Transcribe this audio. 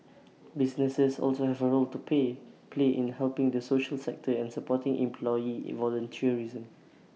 businesses also have A role to play play in helping the social sector and supporting employee volunteerism